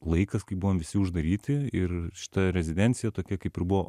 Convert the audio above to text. laikas kai buvom visi uždaryti ir šita rezidencija tokia kaip ir buvo